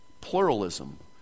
Pluralism